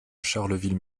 charleville